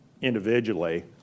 individually